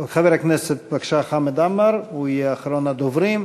בבקשה, חבר הכנסת חמד עמאר יהיה אחרון הדוברים.